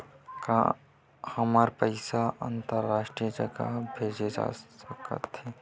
का हमर पईसा अंतरराष्ट्रीय जगह भेजा सकत हे?